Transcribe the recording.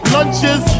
Lunches